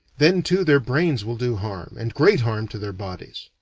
then too their brains will do harm, and great harm, to their bodies.